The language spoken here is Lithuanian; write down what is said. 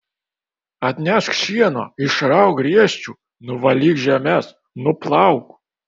atnešk šieno išrauk griežčių nuvalyk žemes nuplauk